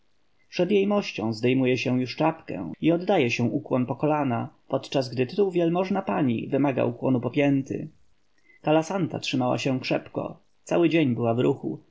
przed jejmością zdejmuje się już czapkę i oddaje się ukłon po kolana podczas gdy tytuł wielmożna pani wymaga ukłonu po pięty kalasanta trzymała się krzepko cały dzień była w ruchu